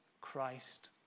Christ